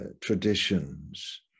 traditions